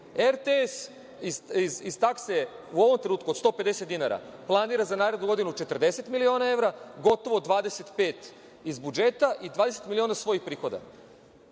RTS iz takse u ovom trenutku od 150 dinara planira za narednu godinu 40 miliona evra, gotovo 25 iz budžeta i 20 miliona svojih prihoda.